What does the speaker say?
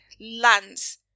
lands